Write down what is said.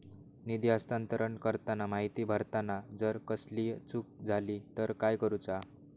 निधी हस्तांतरण करताना माहिती भरताना जर कसलीय चूक जाली तर काय करूचा?